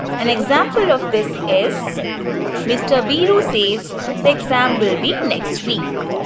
an example of this is mr. viru says, the exam will be next week.